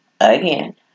again